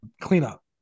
cleanup